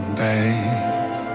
babe